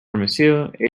vermicelli